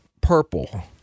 purple